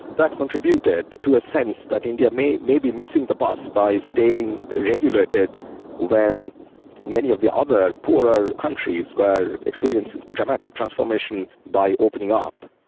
that contributed to a sense that india may may be missing the bus by staying regulated when many of the other poorer countries were experiencing dramatic transformation by opening up.